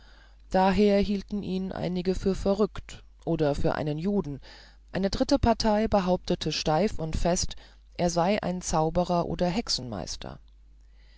daher hielten ihn einige für verrückt andere für einen juden eine dritte partie behauptete steif und fest er sei ein zauberer oder hexenmeister